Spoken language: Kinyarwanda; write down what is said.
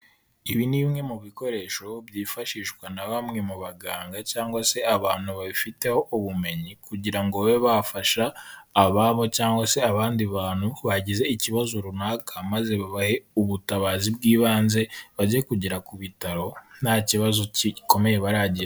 Ibi ni bimwe mu bikoresho byifashishwa na bamwe mu baganga cyangwa se abantu babifiteho ubumenyi kugira ngo babe bafasha ababo cyangwa se abandi bantu bagize ikibazo runaka, maze babahe ubutabazi bw'ibanze, bajye kugera ku bitaro nta kibazo gikomeye baragira.